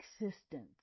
existence